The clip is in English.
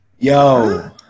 Yo